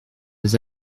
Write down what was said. des